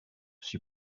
suis